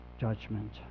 judgment